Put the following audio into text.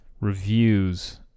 reviews